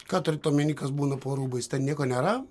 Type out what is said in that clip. ką turit omeny kas būna po rūbais ten nieko nėra